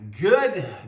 good